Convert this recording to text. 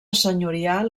senyorial